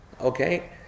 okay